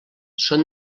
són